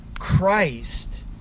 Christ